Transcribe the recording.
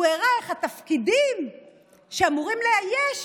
הוא הראה איך התפקידים שאמורים לאייש